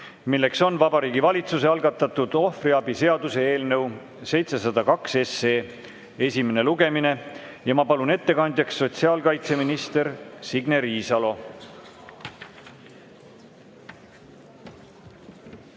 milleks on Vabariigi Valitsuse algatatud ohvriabi seaduse eelnõu 702 esimene lugemine. Ma palun ettekandjaks sotsiaalkaitseminister Signe Riisalo.